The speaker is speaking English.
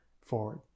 forward